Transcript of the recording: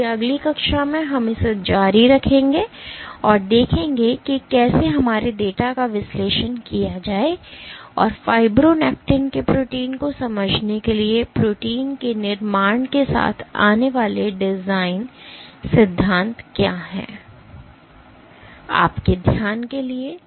इसलिए अगली कक्षा में हम इसे जारी रखेंगे और देखेंगे कि कैसे हमारे डेटा का विश्लेषण किया जाए और फ़ाइब्रोनेक्टिन के प्रोटीन को समझने के लिए प्रोटीन के निर्माण के साथ आने वाले डिज़ाइन सिद्धांत क्या हैं